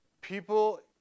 people